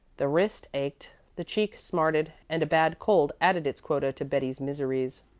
the wrist ached, the cheek smarted, and a bad cold added its quota to betty's miseries.